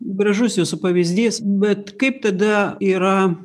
gražus jūsų pavyzdys bet kaip tada yra